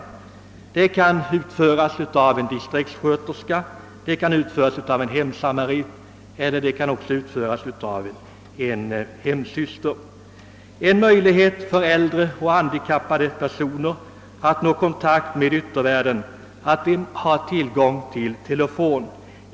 Dessa besök kan utföras av en distriktssköterska, en hemsamarit eller en hemsyster. En möjlighet för äldre och handikappade personer att nå konbtakt med yttervärlden är att de har tillgång till telefon.